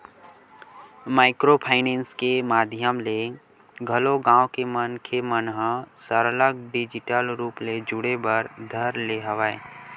micro finance के माधियम ले घलो गाँव के मनखे मन ह सरलग डिजिटल रुप ले जुड़े बर धर ले हवय